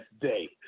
day